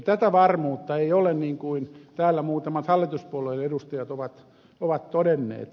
tätä varmuutta ei ole niin kuin täällä muutamat hallituspuolueiden edustajat ovat todenneet